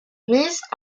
mises